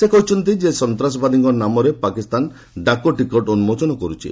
ସେ କହିଛନ୍ତି ସନ୍ତ୍ରାସବାଦୀଙ୍କ ନାମରେ ପାକିସ୍ତାନ ଡାକଟିକେଟ ଉନ୍କୋଚନ କର୍ୁଛି